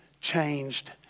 changed